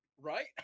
right